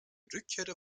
rückkehrer